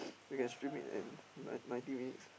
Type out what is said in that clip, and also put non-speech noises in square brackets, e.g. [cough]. [noise] you can stream it and nine ninety minutes